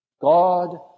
God